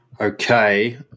Okay